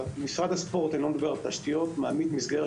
משרד הספורט אני לא מדבר על תשתיות מעמיד מסגרת